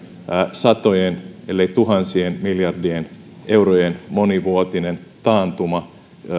satojen ellei tuhansien miljardien eurojen monivuotinen taantuma